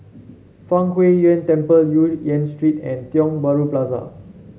Fang Huo Yuan Temple Yu Yen Street and Tiong Bahru Plaza